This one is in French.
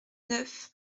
neuf